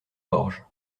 orge